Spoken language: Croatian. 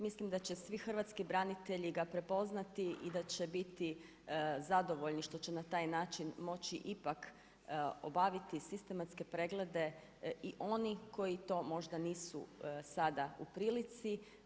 Mislim da će svi hrvatski branitelji ga prepoznati i da će biti zadovoljni što će na taj način moći ipak, obaviti sistematske preglede i oni koji to možda nisu sada u prilici.